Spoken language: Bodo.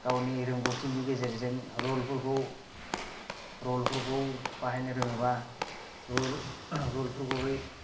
गावनि रोंगौथिनि गेजेरजों रुलफोरखौ बाहायनो रोङोबा रुलफोरखौहाय